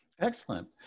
Excellent